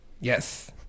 Yes